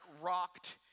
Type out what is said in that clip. rocked